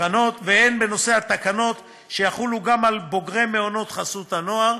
הקרנות והן בנושא התקנות שיחולו גם על בוגרי מעונות חסות הנוער,